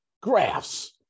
Graphs